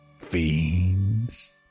fiends